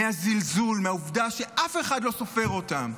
מהזלזול, מהעובדה שאף אחד לא סופר אותם,